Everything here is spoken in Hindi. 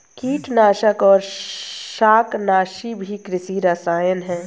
कीटनाशक और शाकनाशी भी कृषि रसायन हैं